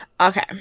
Okay